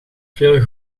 veel